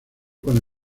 con